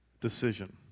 decision